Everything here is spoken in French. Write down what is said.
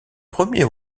premier